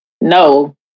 no